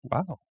Wow